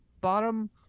bottom